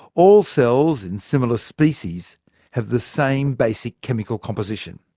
all cells in similar species have the same basic chemical composition.